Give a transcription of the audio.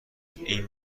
این